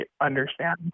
understand